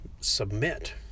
submit